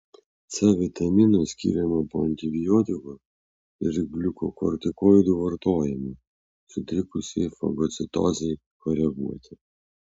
c vitamino skiriama po antibiotikų ir gliukokortikoidų vartojimo sutrikusiai fagocitozei koreguoti